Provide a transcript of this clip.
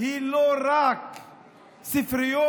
היא לא רק ספריות,